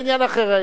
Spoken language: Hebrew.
זה עניין אחר.